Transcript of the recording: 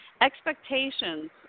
expectations